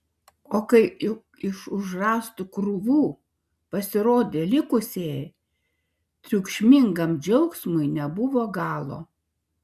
o kai iš už rąstų krūvų pasirodė likusieji triukšmingam džiaugsmui nebuvo galo